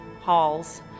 halls